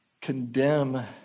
condemn